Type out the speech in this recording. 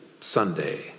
Sunday